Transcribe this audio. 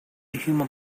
human